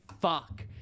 fuck